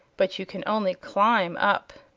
but you can only climb up.